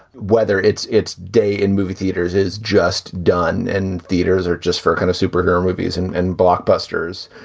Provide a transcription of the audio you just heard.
whether it's its day in movie theaters, is just done in theaters or just for a kind of superhero movies and and blockbusters.